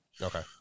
Okay